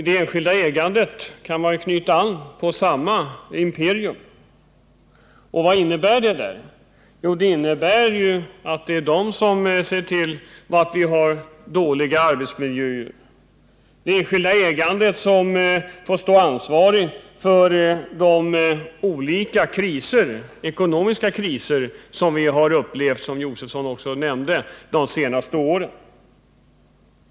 Den frågan kan vi knyta an till samma imperium. Och vad innebär det enskilda ägandet — där? Jo, det ser till att vi har dålig arbetsmiljö. Det enskilda ägandet får stå ansvarigt för de olika ekonomiska kriser som vi upplevt, som Stig Josefson också sade, de senaste åren.